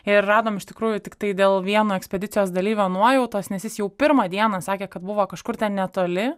ir radom iš tikrųjų tiktai dėl vieno ekspedicijos dalyvio nuojautos nes jis jau pirmą dieną sakė kad buvo kažkur ten netoli